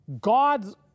God's